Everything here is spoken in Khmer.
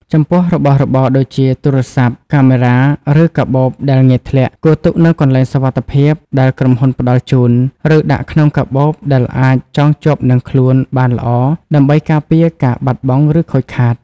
ចំពោះ របស់របរដូចជាទូរស័ព្ទ កាមេរ៉ា ឬកាបូបដែលងាយធ្លាក់ គួរទុកនៅកន្លែងសុវត្ថិភាពដែលក្រុមហ៊ុនផ្ដល់ជូន ឬដាក់ក្នុងកាបូបដែលអាចចងជាប់នឹងខ្លួនបានល្អដើម្បីការពារការបាត់បង់ឬខូចខាត។